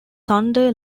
thunder